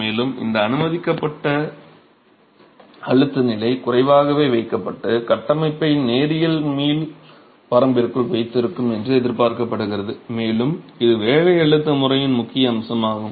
மேலும் இந்த அனுமதிக்கப்பட்ட அழுத்த நிலை குறைவாகவே வைக்கப்பட்டு கட்டமைப்பை நேரியல் மீள் வரம்பிற்குள் வைத்திருக்கும் என்று எதிர்பார்க்கப்படுகிறது மேலும் இது வேலை அழுத்த முறையின் முக்கிய அம்சமாகும்